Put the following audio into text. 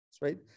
right